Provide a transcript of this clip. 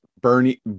Bernie